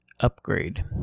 upgrade